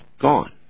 gone